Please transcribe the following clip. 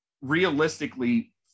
realistically